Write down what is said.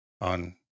on